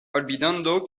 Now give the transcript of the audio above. olvidando